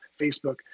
Facebook